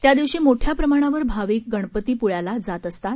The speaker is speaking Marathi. त्या दिवशी मोठ्या प्रमाणावर भाविक गणपतीप्रळ्याला जात असतात